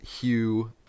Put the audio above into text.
Hugh